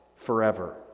Forever